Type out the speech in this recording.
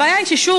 הבעיה היא ששוב,